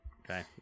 Okay